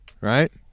right